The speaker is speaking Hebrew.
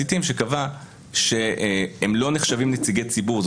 עיתים שקבע שהם לא נחשבים נציגי ציבור.